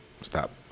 Stop